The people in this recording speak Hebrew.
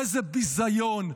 איזה ביזיון.